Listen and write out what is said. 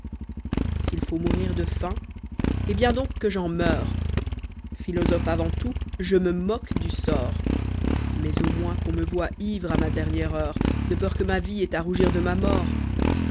s'il faut mourir de faim ch bien donc que j'en meure philosophe avant tout je me moque du sort mais au moins qu'on me voie ivre à ma dernière heure de peur que ma vie ait à rougir de ma mort